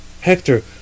hector